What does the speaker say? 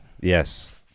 Yes